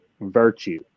virtue